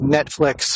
Netflix